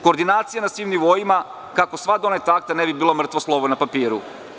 Koordinacija na svim nivoima kako sva doneta akta ne bi bila mrtvo slovo na papiru.